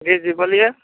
जी जी बोलिए